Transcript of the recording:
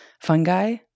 fungi